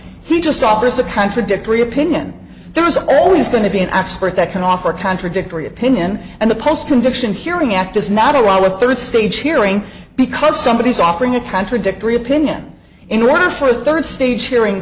he just office a contradictory opinion there is always going to be an expert that can offer contradictory opinion and the post conviction hearing act does not allow a third stage hearing because somebody is offering a contradictory opinion in order for a third stage hearing